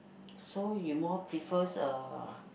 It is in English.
so you more prefers uh